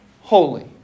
holy